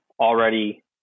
already